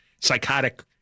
psychotic